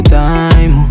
time